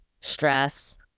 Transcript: Stress